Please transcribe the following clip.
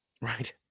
Right